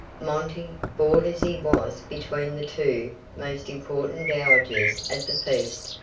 monty, bored as he was between the two most important dowagers at the feast,